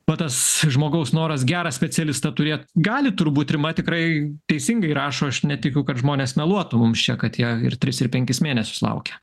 va tas žmogaus noras gerą specialistą turėt gali turbūt rima tikrai teisingai rašo aš netikiu kad žmonės meluotų mums čia kad jie ir tris ir penkis mėnesius laukia